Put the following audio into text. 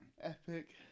Epic